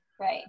Right